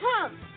Come